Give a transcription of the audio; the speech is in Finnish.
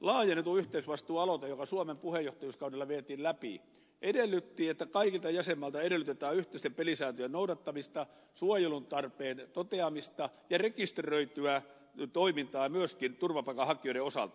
laajennetun yhteisvastuun aloite joka suomen puheenjohtajuuskaudella vietiin läpi edellytti että kaikilta jäsenmailta edellytetään yhteisten pelisääntöjen noudattamista suojeluntarpeen toteamista ja rekisteröityä toimintaa myöskin turvapaikanhakijoiden osalta